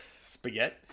Spaghetti